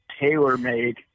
tailor-made